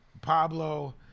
pablo